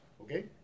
Okay